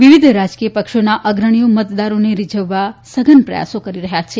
વિવિધ રાજકીય પક્ષોના અગ્રણીઓ મતદારોને રીઝવવા સઘન પ્રયાસો કરી રહ્યા છે